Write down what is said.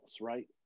right